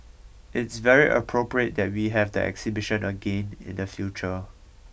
it's very appropriate that we have the exhibition again in the future